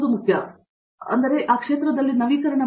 Satyanarayana N Gummadi ಆ ಕ್ಷೇತ್ರದಲ್ಲಿ ನವೀಕರಣ ಮಾಡಿ